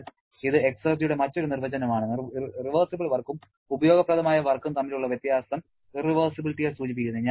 അതിനാൽ ഇത് എക്സർജിയുടെ മറ്റൊരു നിർവചനമാണ് റിവേർസിബിൾ വർക്കും ഉപയോഗപ്രദമായ വർക്കും തമ്മിലുള്ള വ്യത്യാസം ഇർറിവെർസിബിലിറ്റിയെ സൂചിപ്പിക്കുന്നു